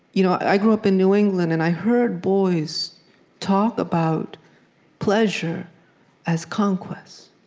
you know i grew up in new england, and i heard boys talk about pleasure as conquest.